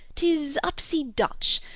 tis upsee dutch,